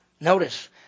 Notice